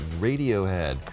Radiohead